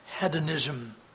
hedonism